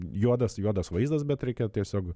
juodas juodas vaizdas bet reikia tiesiog